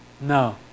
No